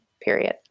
period